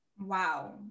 Wow